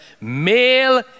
male